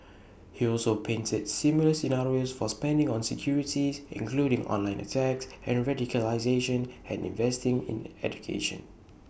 he also painted similar scenarios for spending on security including online attacks and radicalisation and investing in education